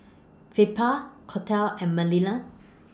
Felipa Colette and Manilla